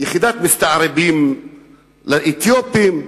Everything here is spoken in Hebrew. יחידת מסתערבים לאתיופים.